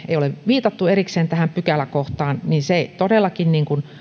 ei ole viitattu erikseen tähän pykäläkohtaan todellakin